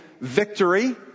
victory